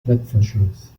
klettverschluss